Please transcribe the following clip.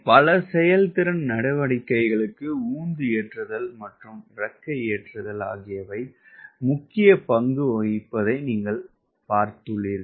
பல செயல்திறன் நடவடிக்கைகளுக்கு உந்து ஏற்றுதல் மற்றும் இறக்கை ஏற்றுதல் ஆகியவை முக்கிய பங்கு வகிப்பதை நீங்கள் பார்த்துள்ளீர்கள்